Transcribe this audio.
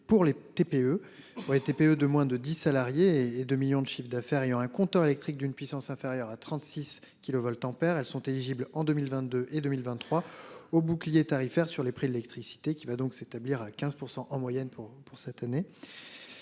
TPE. Ont TPE de moins de 10 salariés et 2 millions de chiffre d'affaires ayant un compteur électrique d'une puissance inférieure à 36 kilovoltampères elles sont éligibles en 2022 et 2023 au bouclier tarifaire sur les prix de l'électricité qui va donc s'établir à 15% en moyenne pour pour cette année.